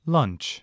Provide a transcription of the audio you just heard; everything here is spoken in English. Lunch